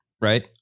right